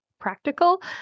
practical